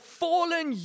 fallen